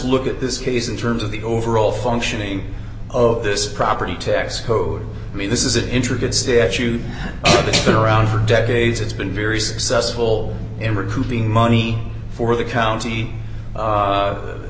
look at this case in terms of the overall functioning of this property tax code i mean this is an intricate statute of the been around for decades it's been very successful in recouping money for the county